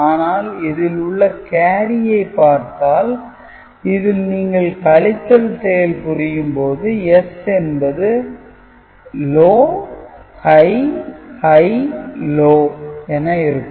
ஆனால் இதில் உள்ள கேரியை பார்த்தால் இதில் நீங்கள் கழித்தல் செயல் புரியும் போது S என்பது L H H L என இருக்கும்